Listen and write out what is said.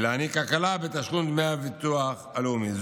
ולהעניק הקלה בתשלום דמי הביטוח הלאומי.